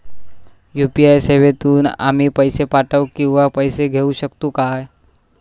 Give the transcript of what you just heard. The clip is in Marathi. यू.पी.आय सेवेतून आम्ही पैसे पाठव किंवा पैसे घेऊ शकतू काय?